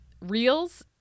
reels